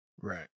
Right